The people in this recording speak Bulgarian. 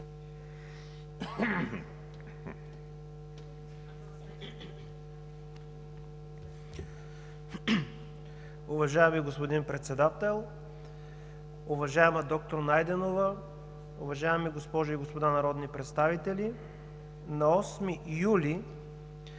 Уважаеми господин Председател, уважаема доктор Найденова, уважаеми госпожи и господа народни представители! На 8 юли